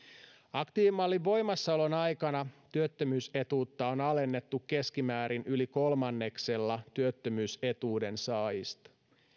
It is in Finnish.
aktiivimallin voimassaolon aikana työttömyysetuutta on alennettu keskimäärin yli kolmanneksella työttömyysetuuden saajista